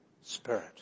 Spirit